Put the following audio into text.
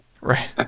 Right